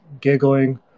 giggling